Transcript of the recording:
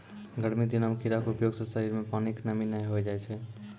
गर्मी दिनों मॅ खीरा के उपयोग सॅ शरीर मॅ पानी के कमी नाय होय छै